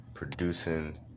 producing